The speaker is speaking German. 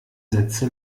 sätze